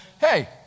Hey